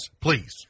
please